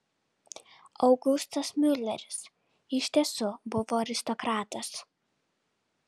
augustas miuleris iš tiesų buvo aristokratas